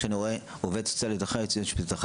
כשאני רואה עובדת סוציאלית אחת ויועצת משפטית אחת,